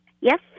Yes